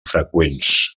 freqüents